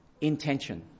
intention